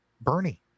bernie